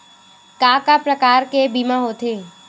का का प्रकार के बीमा होथे?